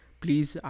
please